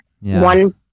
one